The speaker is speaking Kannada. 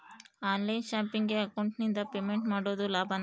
ಆನ್ ಲೈನ್ ಶಾಪಿಂಗಿಗೆ ಅಕೌಂಟಿಂದ ಪೇಮೆಂಟ್ ಮಾಡೋದು ಲಾಭಾನ?